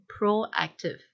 proactive